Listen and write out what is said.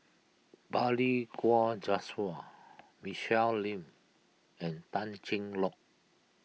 Balli Kaur Jaswal Michelle Lim and Tan Cheng Lock